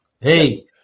Hey